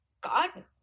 God